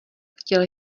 chtěl